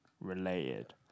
related